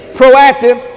proactive